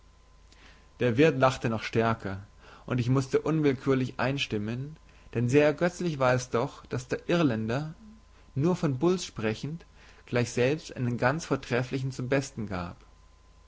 der wirt lachte noch stärker und ich mußte unwillkürlich einstimmen denn sehr ergötzlich war es doch daß der irländer nur von bulls sprechend gleich selbst einen ganz vortrefflichen zum besten gab